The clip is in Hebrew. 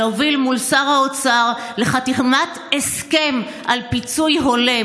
להוביל מול שר האוצר לחתימת הסכם לפיצוי הולם